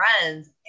friends